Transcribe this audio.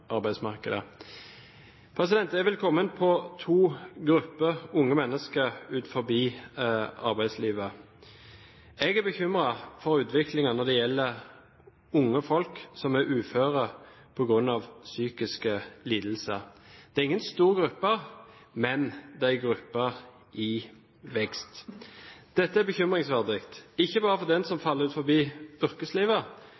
på to grupper unge mennesker utenfor arbeidslivet. Jeg er bekymret for utviklingen når det gjelder unge folk som er uføre på grunn av psykiske lidelser. Det er ingen stor gruppe, men det er en gruppe i vekst. Dette er bekymringsfullt, ikke bare for den som